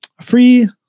free